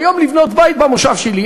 היום לבנות בית במושב שלי,